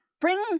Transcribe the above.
bring